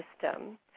system